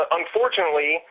unfortunately